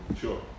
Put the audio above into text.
Sure